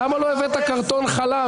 למה לא הבאת קרטון חלב?